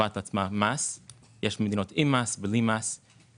אם להטיל או לא להטיל מס.